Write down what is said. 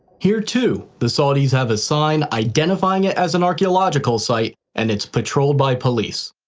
here too the saudis have a sign identifying it as an archeological site and it's patrolled by police.